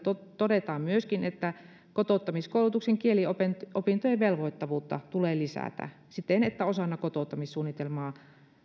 todetaan myöskin että kotouttamiskoulutuksen kieliopintojen velvoittavuutta tulee lisätä siten että osana kotouttamissuunnitelmaa